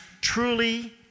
truly